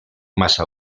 massa